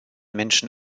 menschen